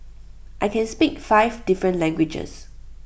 I can speak five different languages